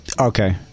Okay